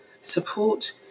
support